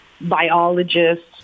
biologists